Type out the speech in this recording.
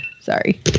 sorry